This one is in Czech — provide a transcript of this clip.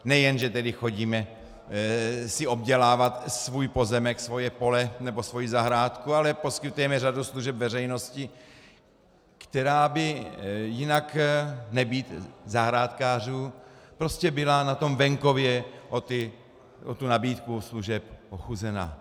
Nejen že si tedy chodíme obdělávat svůj pozemek, svoje pole nebo svoji zahrádku, ale poskytujeme řadu služeb veřejnosti, která by jinak, nebýt zahrádkářů, prostě byla na venkově o tu nabídku služeb ochuzena.